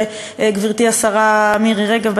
וגברתי השרה מירי רגב,